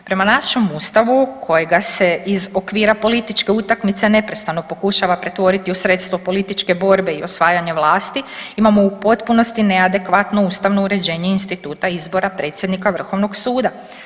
Prema našem Ustavu kojega se iz okvira političke utakmice neprestano pokušava pretvoriti u sredstvo političke borbe i osvajanja vlasti imamo u potpunosti neadekvatnu ustavno uređenje instituta izbora predsjednika Vrhovnog suda.